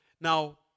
Now